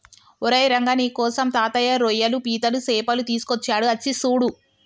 ఓరై రంగ నీకోసం తాతయ్య రోయ్యలు పీతలు సేపలు తీసుకొచ్చాడు అచ్చి సూడు